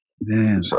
Man